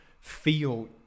feel